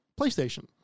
PlayStation